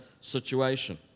situation